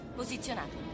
posizionato